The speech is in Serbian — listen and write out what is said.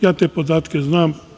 Ja te podatke znam.